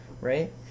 right